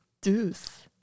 Deuce